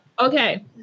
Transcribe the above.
Okay